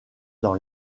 dans